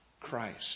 Christ